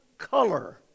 Color